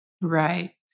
Right